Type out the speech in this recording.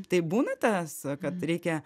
tai būna tas kad reikia